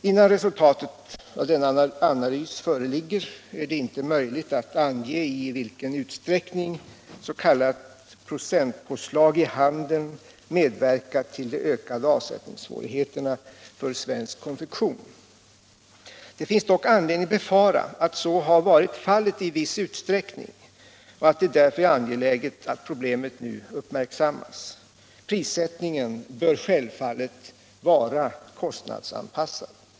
Innan resultatet av denna analys föreligger är det inte möjligt att ange i vilken utsträckning s.k. procentpåslag i handeln medverkat till de ökade avsättningssvårigheterna för svensk konfektion. Det finns dock anledning befara att så har varit fallet i viss utsträckning och att det därför är angeläget att problemet nu uppmärksammas. Prissättningen bör självfallet vara kostnadsanpassad.